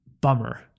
Bummer